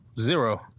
Zero